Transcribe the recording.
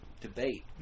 debate